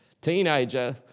teenager